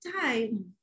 time